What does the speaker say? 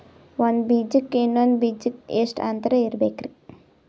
ಒಂದ್ ಬೀಜಕ್ಕ ಇನ್ನೊಂದು ಬೀಜಕ್ಕ ಎಷ್ಟ್ ಅಂತರ ಇರಬೇಕ್ರಿ?